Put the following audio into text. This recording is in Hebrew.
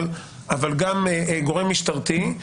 אבל גם גורם משטרתי,